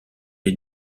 les